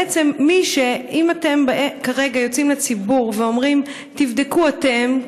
בעצם אם אתם כרגע יוצאים לציבור ואומרים: תבדקו אתם,